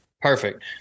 Perfect